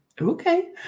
okay